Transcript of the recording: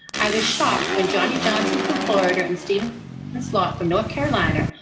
i was shocked when johnny johnson from florida and steven and so ah from north carolina,